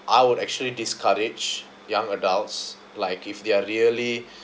I would actually discourage young adults like if they're really